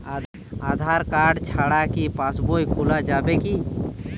আধার card ছাড়া কি পাসবই খোলা যাবে কি?